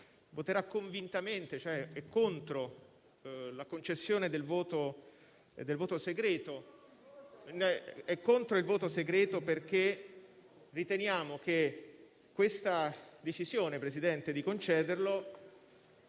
voterà convintamente contro la concessione del voto segreto, perché riteniamo che la decisione di concederlo